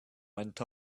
went